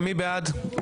מי בעד?